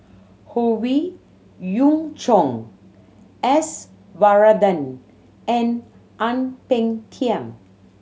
Howe Yoon Chong S Varathan and Ang Peng Tiam